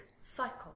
cycle